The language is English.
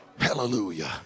Hallelujah